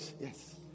Yes